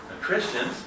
Christians